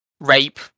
rape